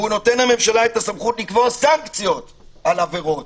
והוא נותן לממשלה את הסמכות לקבוע סנקציות על העבירות.